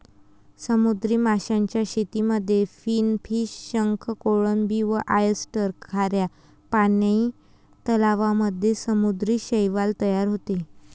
समुद्री माशांच्या शेतीमध्ये फिनफिश, शंख, कोळंबी व ऑयस्टर, खाऱ्या पानी तलावांमध्ये समुद्री शैवाल तयार होते